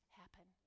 happen